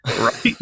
right